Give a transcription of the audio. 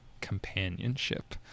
companionship